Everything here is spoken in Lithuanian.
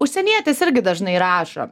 užsienietis irgi dažnai rašo